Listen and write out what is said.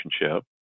relationship